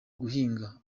guhinga